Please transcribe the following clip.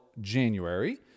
January